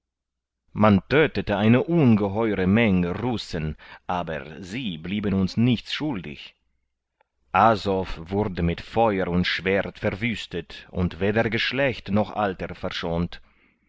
man tödtete eine ungeheure menge russen aber sie blieben uns nichts schuldig azow wurde mit feuer und schwert verwüstet und weder geschlecht noch alter verschont